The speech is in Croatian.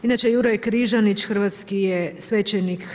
Inače Juraj Križanić hrvatski je svećenik.